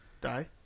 die